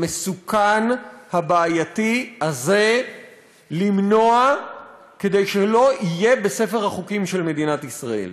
המסוכן והבעייתי הזה כדי שלא יהיה בספר החוקים של מדינת ישראל.